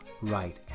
right